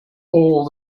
all